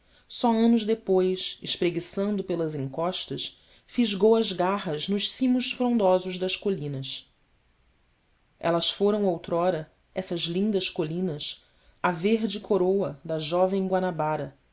só anos depois espreguiçando pelas encostas fisgou as garras nos cimos frondosos das colinas elas foram outrora essas lindas colinas a verde coroa da jovem guanabara